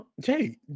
jay